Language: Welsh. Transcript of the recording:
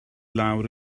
lawr